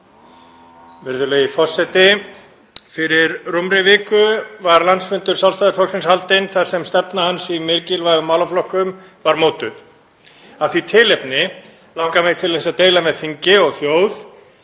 Virðulegi forseti. Fyrir rúmri viku var landsfundur Sjálfstæðisflokksins haldinn þar sem stefna hans í mikilvægum málaflokkum var mótuð. Af því tilefni langar mig til að deila með þingi og þjóð